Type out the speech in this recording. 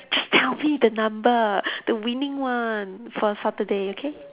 just tell me the number the winning one for Saturday okay